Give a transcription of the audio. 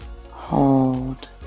hold